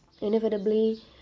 Inevitably